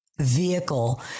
vehicle